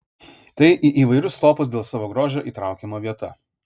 tai į įvairiausius topus dėl savo grožio įtraukiama vieta